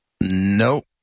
Nope